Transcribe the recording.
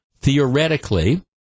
theoretically